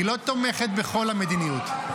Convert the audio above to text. היא לא תומכת בכל המדיניות.